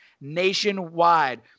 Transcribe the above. nationwide